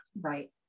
right